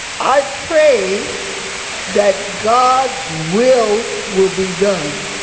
i pray that god's will will be done.